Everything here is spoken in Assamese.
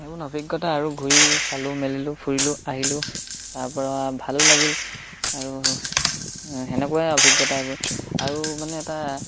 এইবোৰ অভিজ্ঞতা আৰু ঘূৰি চালোঁ মেলিলোঁ ফুৰিলোঁ আহিলোঁ তাৰ পৰা ভালো লাগিল আৰু সেনেকুৱাই অভিজ্ঞতা এইবোৰ আৰু মানে এটা